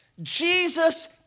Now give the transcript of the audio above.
Jesus